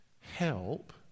help